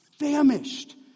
famished